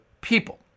people